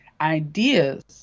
ideas